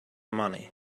money